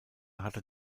hatte